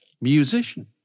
musician